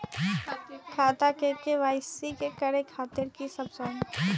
खाता के के.वाई.सी करे खातिर की सब चाही?